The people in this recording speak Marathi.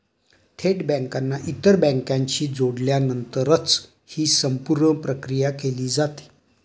थेट बँकांना इतर बँकांशी जोडल्यानंतरच ही संपूर्ण प्रक्रिया केली जाते